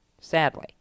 sadly